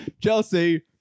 Chelsea